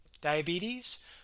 Diabetes